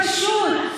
כי הפתרון כל כך פשוט,